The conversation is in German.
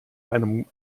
einem